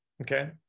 Okay